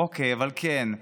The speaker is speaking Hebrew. אוקיי, אבל כן,